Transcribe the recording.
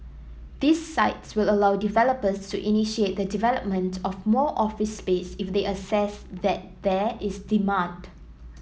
these sites will allow developers to initiate the development of more office space if they assess that there is demand